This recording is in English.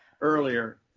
earlier